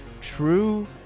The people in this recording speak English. true